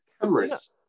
cameras